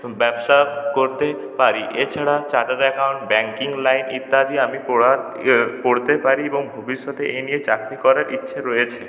ব্যবসা করতে পারি এছাড়া চার্টার্ড অ্যাকাউন্ট ব্যাঙ্কিং লাইন ইত্যাদি আমি পড়া পড়তে পারি এবং ভবিষ্যতে এ নিয়ে চাকরি করার ইচ্ছে রয়েছে